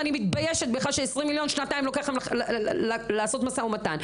ואני מתביישת בכלל ש-20 מיליון שנתיים לוקח לכם לעשות משא-ומתן.